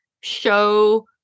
show